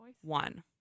one